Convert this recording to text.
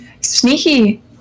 Sneaky